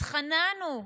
התחננו,